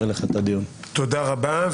תודה רבה.